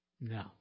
No